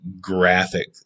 graphic